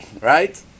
right